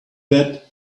that